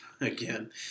again